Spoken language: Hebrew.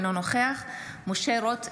אינו נוכח משה רוט,